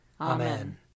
Amen